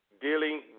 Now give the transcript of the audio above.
dealing